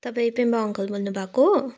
तपाईँ पेम्बा अङ्कल बोल्नु भएको